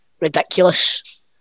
ridiculous